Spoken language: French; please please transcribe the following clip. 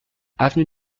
avenue